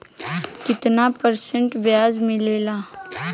कितना परसेंट ब्याज मिलेला?